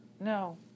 no